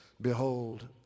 Behold